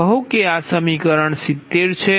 કહો કે આ સમીકરણ 70 છે